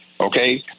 Okay